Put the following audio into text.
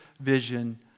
vision